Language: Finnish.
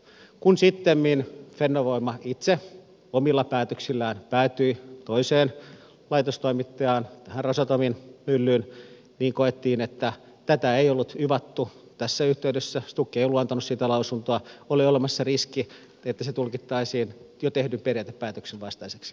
kun sittemmin fennovoima itse omilla päätöksillään päätyi toiseen laitostoimittajaan tähän rosatomin myllyyn niin koettiin että kun tätä ei ollut yvattu tässä yhteydessä stuk ei ollut antanut siitä lausuntoa oli olemassa riski että se tulkittaisiin jo tehdyn periaatepäätöksen vastaiseksi